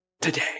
today